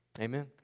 Amen